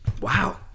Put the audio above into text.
Wow